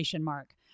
mark